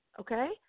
okay